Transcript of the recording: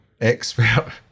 expert